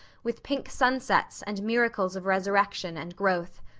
with pink sunsets and miracles of resurrection and growth.